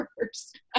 first